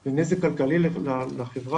עם נזק כלכלי לחברה.